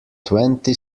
twenty